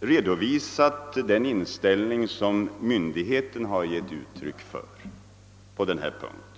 redovisat den inställning som myndigheten i fråga givit uttryck för på denna punkt.